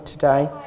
today